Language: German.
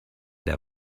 der